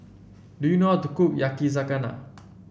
do you know how to cook Yakizakana